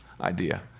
idea